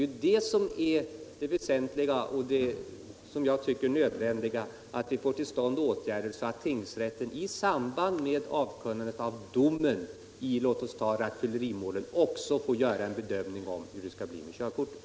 Jag tycker det väsentliga och nödvändiga är att sådana åtgärder vidtas att det organ som meddelar domen i t.ex. ett rattfyllerimål också får göra en bedömning av hur det skall bli med körkortet.